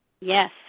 Yes